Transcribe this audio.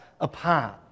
apart